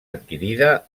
adquirida